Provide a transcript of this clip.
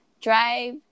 drive